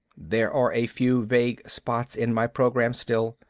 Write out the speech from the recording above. there are a few vague spots in my program, still.